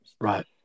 Right